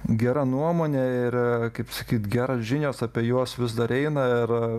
gera nuomonė ir kaip sakyt geros žinios apie juos vis dar eina ir